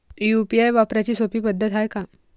UPI वापराची सोपी पद्धत हाय का?